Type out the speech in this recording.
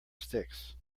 sticks